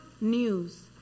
news